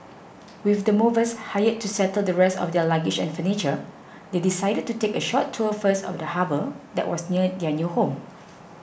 with the movers hired to settle the rest of their luggage and furniture they decided to take a short tour first of the harbour that was near their new home